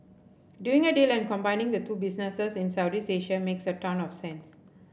doing a deal and combining the two businesses in Southeast Asia makes a ton of sense